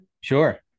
sure